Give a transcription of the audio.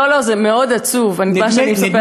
לא, לא, זה מאוד עצוב מה שאני מספרת עכשיו.